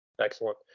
Excellent